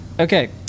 Okay